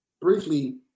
Briefly